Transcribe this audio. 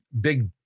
big